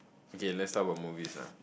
okay let's talk about movies ah